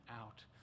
out